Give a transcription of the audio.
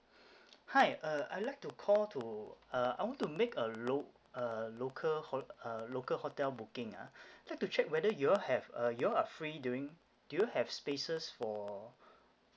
hi uh I like to call to uh I want to make a lo~ a local hol~ uh local hotel booking ah like to check whether you all have uh you all are free during do you have spaces for